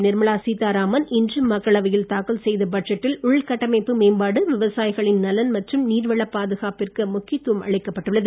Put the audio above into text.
நிர்மலாள சீத்தாராமன் மத்திய நிதி இன்று மக்களவையில் தாக்கல் செய்த பட்ஜெட்டில் உள்கட்டமைப்பு மேம்பாடு விவசாயிகளின் நலன் மற்றும் நீர்வளப் பாதுகாப்பிற்கு முக்கியத்துவம் அளிக்கப்பட்டுள்ளது